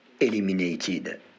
Eliminated